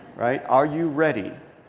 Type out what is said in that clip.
right? are you ready?